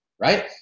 right